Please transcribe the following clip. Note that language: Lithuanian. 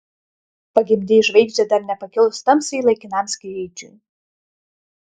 pagimdei žvaigždę dar nepakilus tamsai laikinam skrydžiui